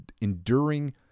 enduring